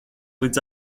līdz